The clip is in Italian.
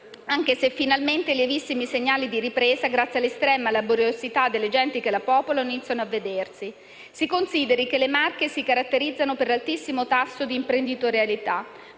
anche se - finalmente - lievissimi segnali di ripresa, grazie all'estrema laboriosità delle genti che la popolano, iniziano a vedersi. Si consideri che le Marche si caratterizzano per l'altissimo tasso di imprenditorialità,